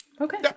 Okay